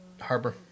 Harbor